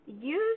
Use